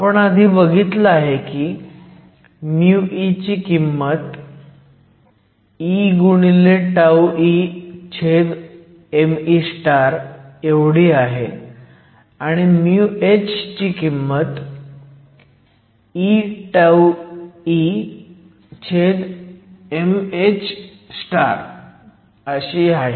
आपण आधी बघितलं आहे की μe ची किंमत eeme आहे आणि μh ची किंमत eemh आहे